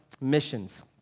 missions